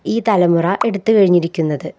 ഈ തലമുറ എടുത്തുകഴിഞ്ഞിരിക്കുന്നത്